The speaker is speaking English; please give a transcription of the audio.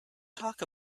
talk